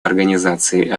организацией